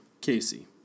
Casey